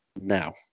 Now